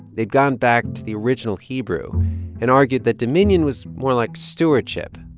they'd gone back to the original hebrew and argued that dominion was more like stewardship,